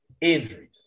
injuries